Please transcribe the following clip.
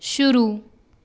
शुरू